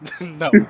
No